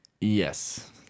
Yes